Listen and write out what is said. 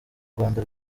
rwanda